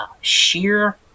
sheer